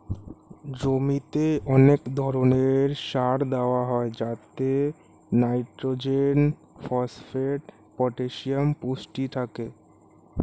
জমিতে অনেক ধরণের সার দেওয়া হয় যাতে নাইট্রোজেন, ফসফেট, পটাসিয়াম পুষ্টি থাকে